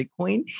Bitcoin